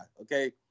okay